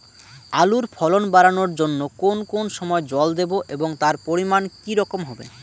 আলুর ফলন বাড়ানোর জন্য কোন কোন সময় জল দেব এবং তার পরিমান কি রকম হবে?